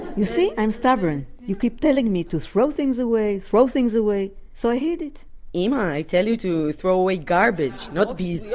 you see i'm stubborn you keep telling me to throw things away, throw things away, so i hid it imma, i tell you to throw away garbage, not these yeah